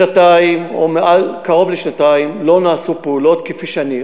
שנתיים או קרוב לשנתיים לא נעשו פעולות כפי שאני,